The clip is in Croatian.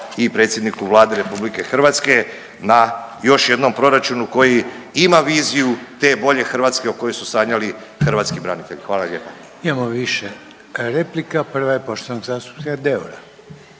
i predsjedniku Vlade RH na još jedno proračunu koji ima viziju te bolje Hrvatske o kojoj su sanjali hrvatski branitelji. Hvala lijepa.